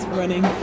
running